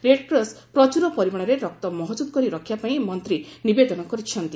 red cross ପ୍ରଚୁର ପରିମାଣରେ ରକ୍ତ ମହଜୁଦ କରି ରଖିବା ପାଇଁ ମନ୍ତ୍ରୀ ନିବେଦନ କରିଛନ୍ତି